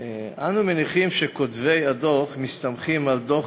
אנו מניחים שכותבי הדוח מסתמכים על דוח